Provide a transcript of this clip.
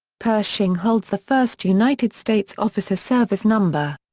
pershing holds the first united states officer service number.